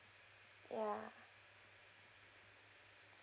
ya